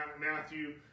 Matthew